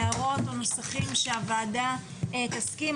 הערות או נוסחים שהוועדה תסכים,